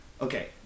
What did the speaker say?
Okay